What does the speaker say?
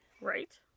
right